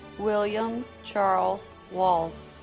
william charles walz